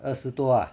二十多啊